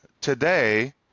today